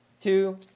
two